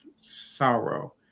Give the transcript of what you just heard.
sorrow